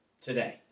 today